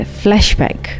flashback